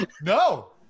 No